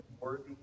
worthy